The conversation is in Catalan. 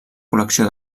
col·lecció